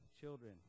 children